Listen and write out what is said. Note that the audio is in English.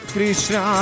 Krishna